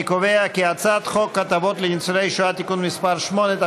אני קובע כי הצעת חוק הטבות לניצולי שואה (תיקון מס' 8),